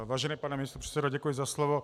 Vážený pane místopředsedo, děkuji za slovo.